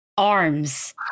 Arms